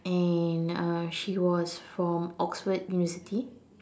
and uh she was was from Oxford university